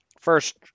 First